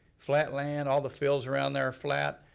flat land, all the fills around there are flat.